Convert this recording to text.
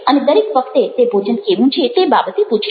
અને દરેક વખતે તે ભોજન કેવું છે તે બાબતે પૂછશે